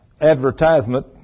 advertisement